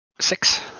six